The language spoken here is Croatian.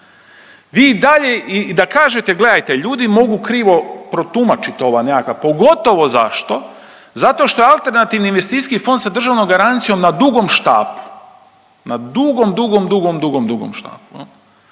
i dalje da kažete gledajte ljudi mogu krivo protumačit ova nekakva, pogotovo zašto. Zato što je alternativni investicijskih fond sa državnom garancijom na dugom štapu. Na dugom, dugom, dugom, dugom,